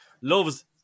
Loves